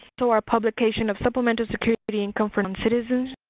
so our publication of supplemental security income for non-citizens